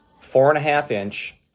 four-and-a-half-inch